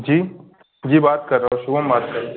जी जी बात कर रहा हूँ शुभम बात कर रहा